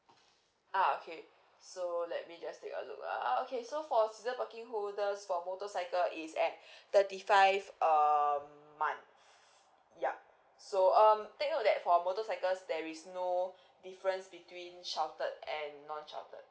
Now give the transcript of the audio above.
ah okay so let me just take a look ah okay so for season parking holders for motorcycle it's at thirty five a month yup so um take note that for motorcycles there is no difference between sheltered and non sheltered